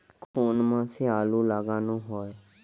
কোন মাসে আলু লাগানো হয়?